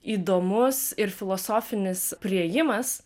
įdomus ir filosofinis priėjimas